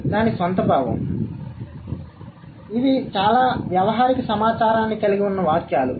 కాబట్టి ఇవి చాలా వ్యావహారిక సమాచారాన్ని కలిగి ఉన్న వాక్యాలు